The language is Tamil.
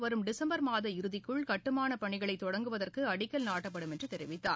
வரும் டிசம்பர் மாத இறுதிக்குள் கட்டுமானப்பணிகளை தொடங்குவதற்கு அடிக்கல் நாட்டப்படும் என்று தெரிவித்தார்